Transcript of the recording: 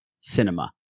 cinema